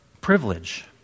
privilege